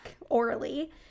orally